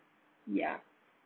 ya